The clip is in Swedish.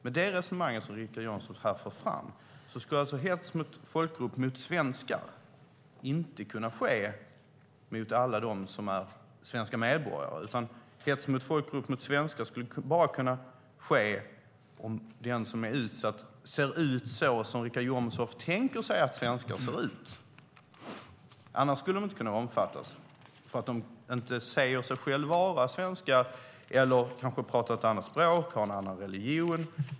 Med det resonemang som Richard Jomshof här för skulle alltså hets mot folkgrupp mot svenskar inte kunna ske mot alla dem som är svenska medborgare, utan hets mot folkgrupp mot svenskar skulle bara kunna ske om den som är utsatt ser ut så som Richard Jomshof tänker sig att svenskar ser ut. I annat fall skulle de inte kunna omfattas, alltså om de säger att de inte är svenskar, kanske talar ett annat språk eller har en annan religion.